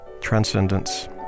transcendence